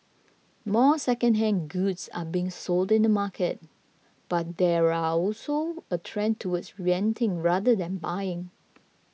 more secondhand goods are being sold in the market but there are also a trend towards renting rather than buying